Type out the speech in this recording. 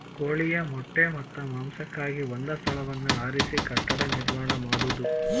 ಕೋಳಿಯ ಮೊಟ್ಟೆ ಮತ್ತ ಮಾಂಸಕ್ಕಾಗಿ ಒಂದ ಸ್ಥಳವನ್ನ ಆರಿಸಿ ಕಟ್ಟಡಾ ನಿರ್ಮಾಣಾ ಮಾಡುದು